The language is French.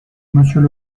monsieur